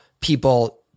people